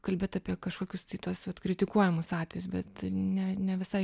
kalbėt apie kažkokius tai tuos vat kritikuojamus atvejus bet ne ne visai